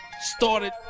started